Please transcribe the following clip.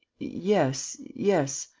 yes. yes,